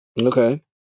Okay